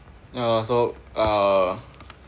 ya so uh